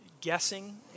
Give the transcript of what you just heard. guessing